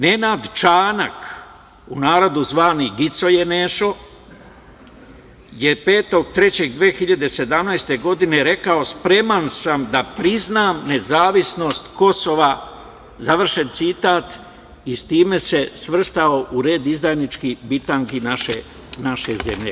Nanad Čanak, u narodu zvani „gicoje Nešo“, je 5.03.2017. godine rekao: „Spreman sam da priznam nezavisnost Kosova“ i time se svrstao u red izdajničkih bitangi naše zemlje.